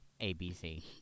ABC